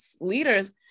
leaders